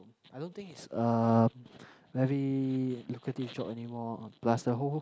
I don't think it's um very lucrative job anymore plus the whole